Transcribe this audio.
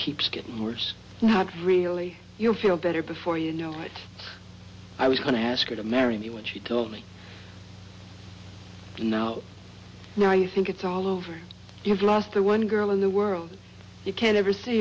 keeps getting worse not really you'll feel better before you know it i was going to ask you to marry me when she told me no now you think it's all over you have lost the one girl in the world you can't ever see